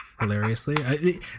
Hilariously